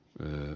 jyri